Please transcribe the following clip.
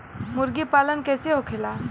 मुर्गी पालन कैसे होखेला?